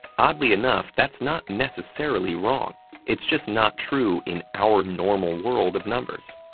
oddly enough, that's not necessarily wrong it's just not true in our normal world of numbers.